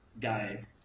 guy